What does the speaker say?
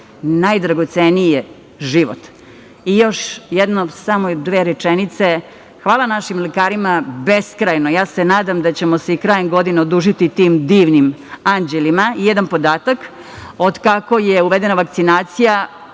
najdragoceniji je život. Još jednom, samo dve rečenice. Hvala našim lekarima beskrajno. Ja se nadam da ćemo se i krajem godine odužiti tim divnim anđelima. Jedan podatak od kako je uvedena vakcinacija